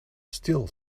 still